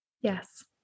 Yes